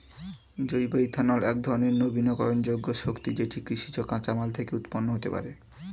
জৈব ইথানল একধরণের নবীকরণযোগ্য শক্তি যেটি কৃষিজ কাঁচামাল থেকে উৎপন্ন হতে পারে